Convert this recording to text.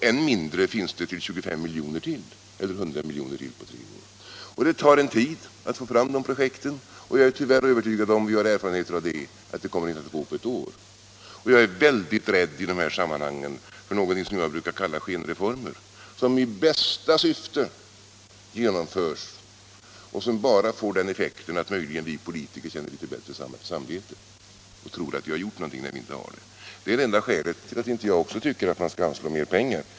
Ännu mindre finns det projekt för 25 eller 100 miljoner till. Det tar en tid att få fram dessa projekt, och jag är tyvärr övertygad om att det inte kommer att gå på ett år. I dessa sammanhang är jag mycket rädd för det jag brukar kalla skenreformer, som i bästa syfte genomförs och som bara får till effekt att vi politiker möjligen har bättre samvete och tror att vi gjort något fast vi inte har det. Det är det enda skälet till att inte också jag anser att man skall anslå mer pengar.